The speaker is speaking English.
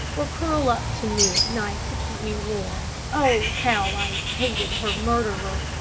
or curl up to me at night to keep me warm. oh, how i hated her murderer!